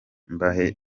mbahe